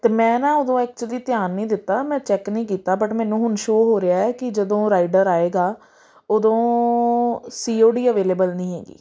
ਅਤੇ ਮੈਂ ਨਾ ਉਦੋਂ ਐਕਚੁਲੀ ਧਿਆਨ ਨਹੀਂ ਦਿੱਤਾ ਮੈਂ ਚੈੱਕ ਨਹੀਂ ਕੀਤਾ ਬਟ ਮੈਨੂੰ ਹੁਣ ਸ਼ੋਅ ਹੋ ਰਿਹਾ ਕਿ ਜਦੋਂ ਰਾਈਡਰ ਆਏਗਾ ਉਦੋਂ ਸੀ ਓ ਡੀ ਅਵੇਲੇਬਲ ਨਹੀਂ ਹੈਗੀ